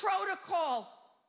protocol